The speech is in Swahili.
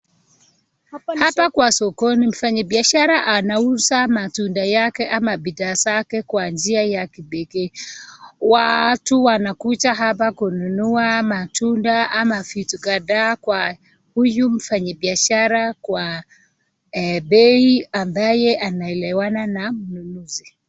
Hapa kwa sokoni mfanyibiashara anauza matunda yake ama bidhaa zake kwa njia ya kipekee. Watu wanakuja hapa kununua matunda ama vitu kadhaa kwa huyu mfanyibiashara kwa bei ambaye anaelewana na mnunuzi.